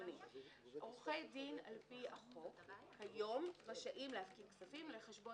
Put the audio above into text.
עורכי דין על פי החוק היום רשאים להפקיד כספים לחשבון